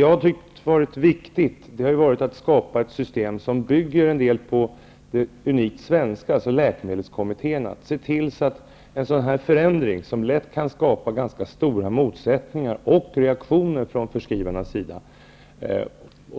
Jag har tyckt det vara viktigt att skapa ett system som bygger på det unikt svenska, dvs. läkemedelskommittéerna. En förändring av detta slag kan lätt skapa ganska stora motsättningar och reaktioner från förskrivarnas sida.